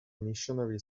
missionary